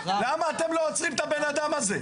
למה אתם לא עוצרים את הבן אדם הזה?